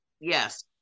yes